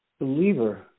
believer